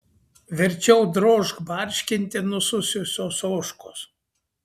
verčiau drožk barškinti nusususios ožkos